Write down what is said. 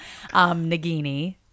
Nagini